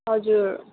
हजुर